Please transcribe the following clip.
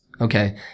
Okay